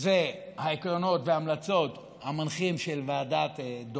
זה חלק מחוק חינוך חובה.